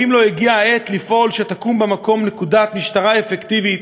האם לא הגיעה העת לפעול שתקום במקום נקודת משטרה אפקטיבית